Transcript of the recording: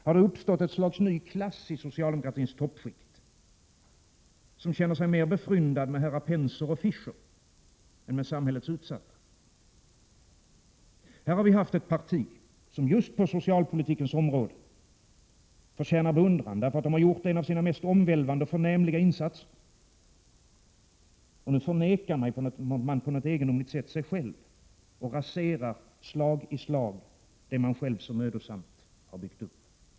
Har det uppstått ett slags ny klass i socialdemokratins toppskikt som känner sig mer befryndad med herrar Penser och Fischer än med samhällets utsatta? Här har vi haft ett parti som just på socialpolitikens område förtjänar beundran för att de gjort en av sina mest omvälvande och förnämliga insatser — och nu förnekar man på något egendomligt sätt sig själv och raserar slag i slag det man själv så mödosamt har byggt upp.